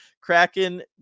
kraken